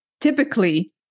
typically